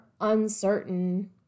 uncertain